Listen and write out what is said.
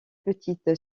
petite